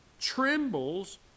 Trembles